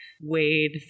wade